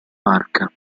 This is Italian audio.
barca